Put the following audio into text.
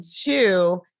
two